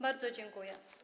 Bardzo dziękuję.